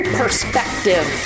perspective